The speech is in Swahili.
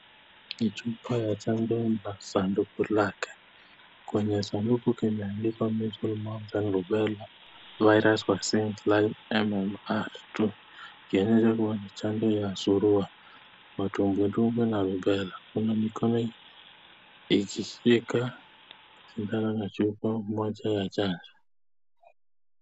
Ni chupa ya chanjo na sanduku lake. Kwenye sanduku kumeandikwa Measles, Mumps and Rubella virus vaccine MMR2 ikionyesha kuwa ni chanjo ya surua, matubwitubwi na rubella. Kuna mikono kishika sindano na chupa moja ya chanjo.